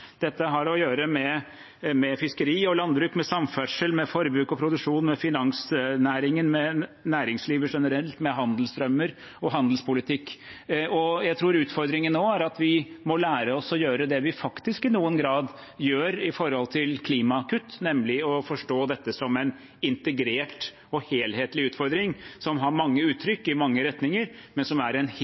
Dette har å gjøre med fiskeri, landbruk, samferdsel, forbruk, produksjon, finansnæringen, næringslivet generelt, handelsstrømmer og handelspolitikk. Jeg tror utfordringen nå er at vi må lære oss å gjøre det vi faktisk i noen grad gjør når det gjelder klimakutt, nemlig å forstå dette som en integrert og helhetlig utfordring – som har mange uttrykk i mange retninger, men som er en